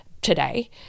today